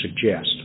suggest